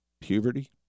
puberty